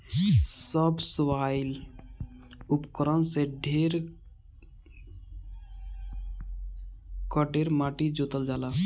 subsoil उपकरण से ढेर कड़ेर माटी जोतल जाला